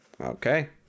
Okay